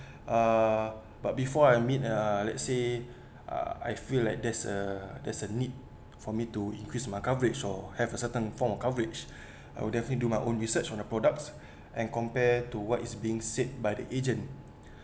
err but before I mean err let's say ah I feel like there's a there's a need for me to increase my coverage or have a certain form of coverage I would have me do my own research on the products and compare to what is being said by the asian